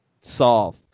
solve